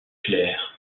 claire